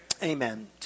Amen